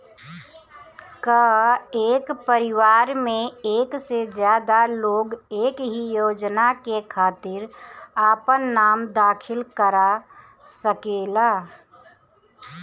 का एक परिवार में एक से ज्यादा लोग एक ही योजना के खातिर आपन नाम दाखिल करा सकेला?